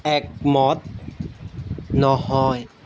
একমত নহয়